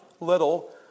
little